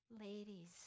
Ladies